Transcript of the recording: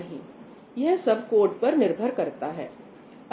नहीं यह सब कोड पर निर्भर करता है